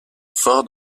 ford